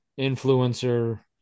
influencer